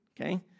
okay